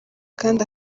kandi